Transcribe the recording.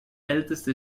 älteste